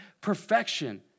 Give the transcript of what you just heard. perfection